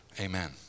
Amen